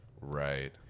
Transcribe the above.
Right